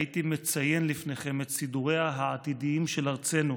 הייתי מציין לפניכם את סידוריה העתידיים של ארצנו,